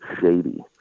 shady